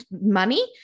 money